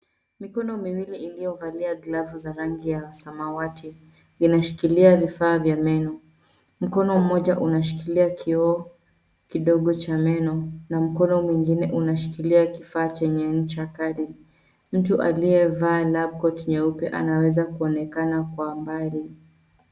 Mikono miwili iliyovalia glavu za rangi ya samawati inashikilia vifaa vya meno. Mkono mmoja unashikilia kioo kidogo cha meno na mkono mwingine unashikilia kifaa chenye ncha kali. Mtu aliyevaa lab coat nyeupe anaweza kuonekana kwa mbali.